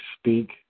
speak